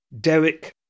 Derek